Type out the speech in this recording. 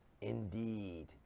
indeed